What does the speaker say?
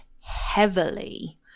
heavily